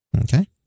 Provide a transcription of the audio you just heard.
Okay